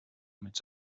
met